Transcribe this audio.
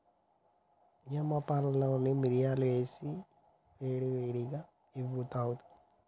యమ్మ పాలలో మిరియాలు ఏసి ఏడి ఏడిగా ఇవ్వు తాగుత